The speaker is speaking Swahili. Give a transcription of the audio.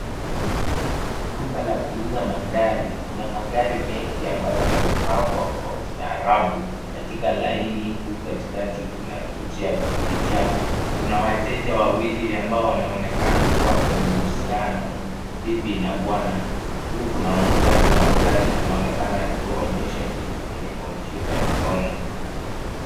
Duka la kuuza magari. Kuna magari mengi ambayo yamepangwa kwa ustarabu katika laini huku katikati kuna vinjia vya kupitia. Kuna wateja wawili ambao wanaonekana kuwa kwenye uhusiano bibi na bwana huku kuna muuzaji wa magari anaonekana akiwaonyesha kitu kwenye kompyuta ya mkono.